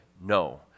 no